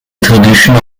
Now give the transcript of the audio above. traditional